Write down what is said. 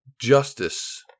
justice